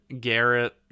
garrett